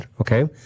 okay